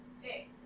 hey